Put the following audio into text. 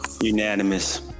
unanimous